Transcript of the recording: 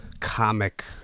comic